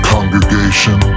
Congregation